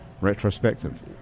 retrospective